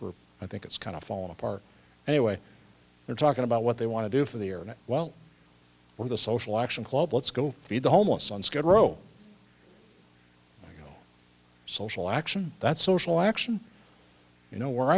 group i think it's kind of fall apart anyway they're talking about what they want to do for the or and well or the social action club let's go feed the homeless on skid row social action that social action you know where